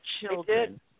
children